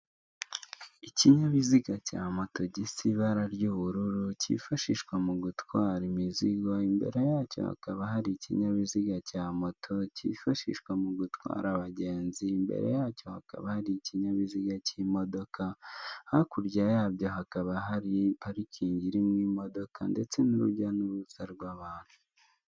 Ikinyabiziga cya moto gisa ibara ry'ubururu cyifashishwa mu gutwara imizigo imbere yacyo hakaba hari ikinyabiziga cya moto cyifashishwa mu gutwara abagenzi, imbere yacyo hakaba hari ikinyabiziga cy'imodoka, hakurya yabyo hakaba hari parikingi irimo imodoka ndetse n'urujya n'uruza rw'abantu.